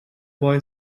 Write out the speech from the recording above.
boy